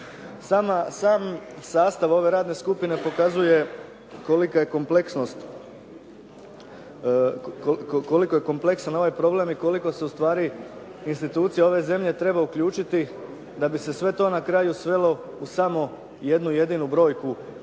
Sam sastav ove radne skupine pokazuje koliko je kompleksan ovaj problem i koliko se ustvari institucije zemlje ove zemlje treba uključiti da bi se sve to na kraju svelo u samo jednu jedinu brojku